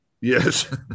Yes